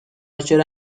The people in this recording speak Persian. چرا